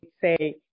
say